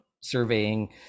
surveying